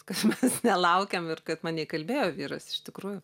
kad mes nelaukėm ir kad mane įkalbėjo vyras iš tikrųjų